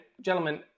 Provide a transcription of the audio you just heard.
gentlemen